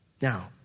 Now